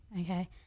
Okay